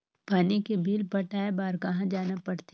पानी के बिल पटाय बार कहा जाना पड़थे?